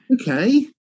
Okay